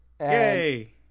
Yay